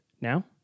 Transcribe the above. Now